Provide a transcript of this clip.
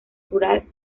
rural